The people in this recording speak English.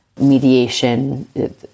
mediation